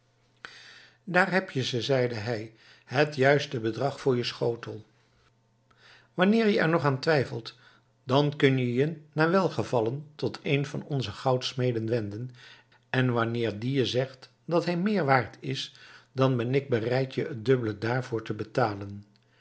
daar heb je zeide hij het juiste bedrag voor je schotel wanneer je er nog aan twijfelt dan kun je je naar welgevallen tot een van onze goudsmeden wenden en wanneer die je zegt dat hij meer waard is dan ben ik bereid je het dubbele daarvoor te betalen